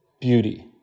beauty